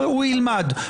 הוא ילמד.